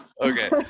Okay